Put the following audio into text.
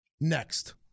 next